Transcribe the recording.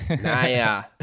naya